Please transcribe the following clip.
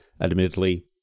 admittedly